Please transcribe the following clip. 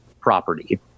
property